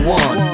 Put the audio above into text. one